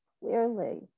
clearly